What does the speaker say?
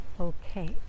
Okay